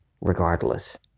regardless